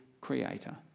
creator